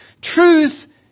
Truth